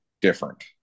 different